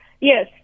Yes